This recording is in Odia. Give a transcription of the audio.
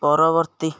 ପରବର୍ତ୍ତୀ